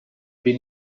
been